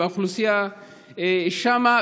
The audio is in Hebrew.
באוכלוסייה שם,